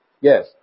Yes